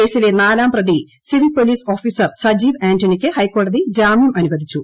കേസിലെ നാലാം പ്രതി സിവിൽ പോലീസ് ഓഫീസർ സജീവ് ആന്റണിക്ക് ഹൈക്കോടതി ജാമ്യം അനുവദിച്ചു